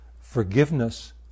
forgiveness